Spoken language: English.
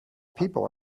people